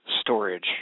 storage